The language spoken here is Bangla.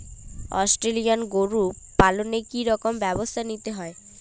অস্ট্রেলিয়ান গরু পালনে কি রকম ব্যবস্থা নিতে হয়?